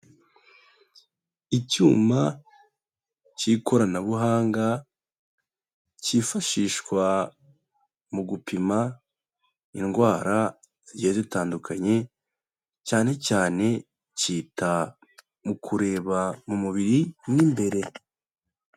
Icyuma cy'ikoranabuhanga, cyifashishwa mu gupima indwara zigiye zitandukanye, cyane cyane cyita mu kureba mu mubiri mo imbere.